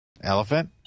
Elephant